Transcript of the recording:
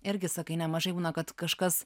irgi sakai nemažai būna kad kažkas